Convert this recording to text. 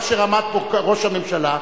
כאשר עמד פה ראש הממשלה,